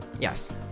yes